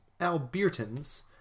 Albertans